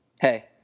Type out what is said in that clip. hey